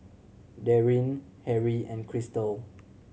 Darrien Harrie and Cristal